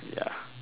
ya